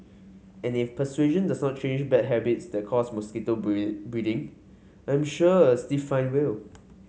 and if persuasion does not change bad habits that cause mosquito breed breeding I'm sure a stiff fine will